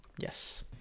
yes